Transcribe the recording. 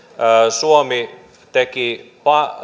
suomi teki